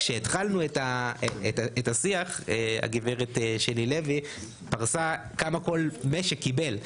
כשהתחלנו את השיח הגברת שלי לוי פרסה כמה כל משק קיבל.